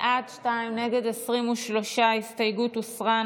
בעד שניים, נגד, 23. ההסתייגות הוסרה.